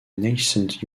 nascent